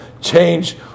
change